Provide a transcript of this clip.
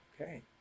Okay